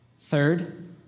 Third